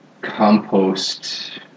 compost